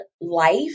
life